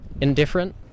Indifferent